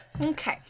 Okay